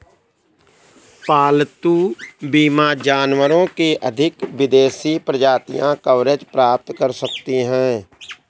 पालतू बीमा जानवरों की अधिक विदेशी प्रजातियां कवरेज प्राप्त कर सकती हैं